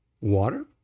Water